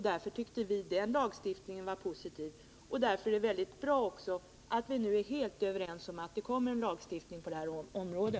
Därför tyckte vi den lagstiftningen var positiv. Därför är det bra att vi nu är helt överens om att det skall komma en lagstiftning på detta område.